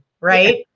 right